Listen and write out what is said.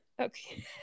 Okay